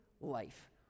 life